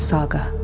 Saga